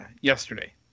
yesterday